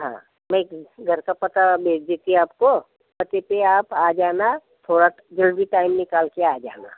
हाँ मैं घर का पता भेज देती आप को पते पर आप आ जाना थोड़ा ज़रूरी टाइम निकाल के आ जाना